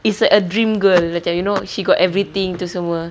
is like a dream girl macam you know she got everything itu semua